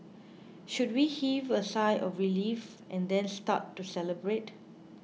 should we heave a sigh of relief and then start to celebrate